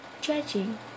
Judging